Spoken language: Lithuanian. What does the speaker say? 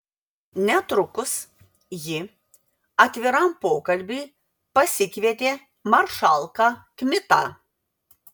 netrukus ji atviram pokalbiui pasikvietė maršalką kmitą